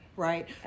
Right